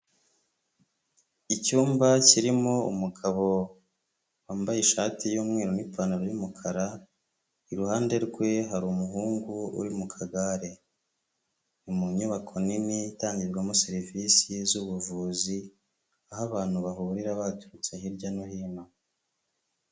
Icyumba kirimo umugabo wambaye ishati y'umweru n'ipantaro y'umukara, iruhande rwe hari umuhungu uri mu kagare, ni mu nyubako nini itangirwamo serivisi z'ubuvuzi, aho abantu bahurira baturutse hirya no hino.